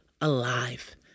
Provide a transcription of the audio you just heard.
alive